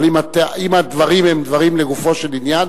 אבל אם הדברים הם דברים לגופו של עניין